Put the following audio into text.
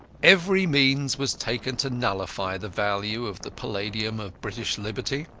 every means was taken to nullify the value of the palladium of british liberty.